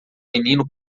menino